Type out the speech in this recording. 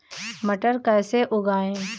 मटर कैसे उगाएं?